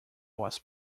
was